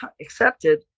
accepted